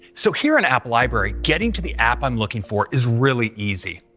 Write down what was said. so here in app library, getting to the app i'm looking for is really easy.